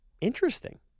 Interesting